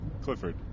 Clifford